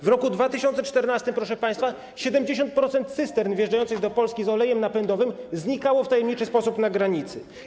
W roku 2014, proszę państwa, 70% cystern wjeżdżających do Polski z olejem napędowym znikało w tajemniczy sposób na granicy.